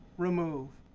remove.